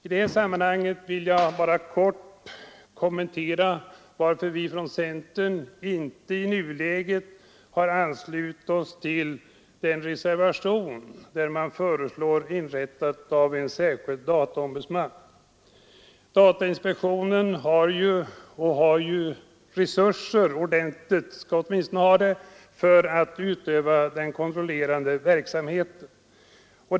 I detta sammanhang vill jag kort kommentera varför vi från centern inte i nuläget har anslutit oss till den reservation där man föreslår en särskild dataombudsman,. Datainspektionen har ju ordentliga resurser för att utöva den kontrollerande verksamheten.